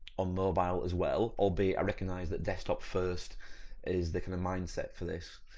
on mobile as well, albeit i recognise that desktop first is their kind of mindset for this,